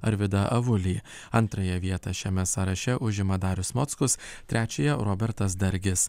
arvydą avulį antrąją vietą šiame sąraše užima darius mockus trečiąją robertas dargis